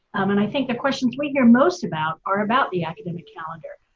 um and i think the questions we hear most about are about the academic calendar.